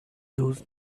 those